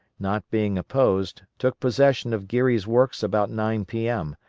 not being opposed, took possession of geary's works about nine p m.